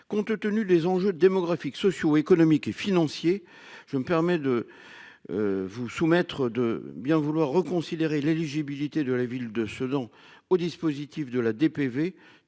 compte tenu des enjeux démographiques socio-économique et financier. Je me permets de. Vous soumettre, de bien vouloir reconsidérer l'éligibilité de la ville de Sedan au dispositif de la DPV,